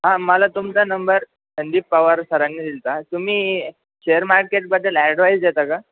हां मला तुमचा नंबर संदीप पवार सरांनी दिला होता तुम्ही शेअर मार्केटबद्दल ॲडवाईज देता का